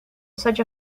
such